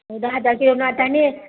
अहो दहा दहा घेऊन आठ आणेच